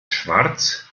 schwarz